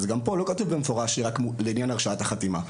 גם פה לא כתוב במפורש שזה רק לעניין הרשאת החתימה,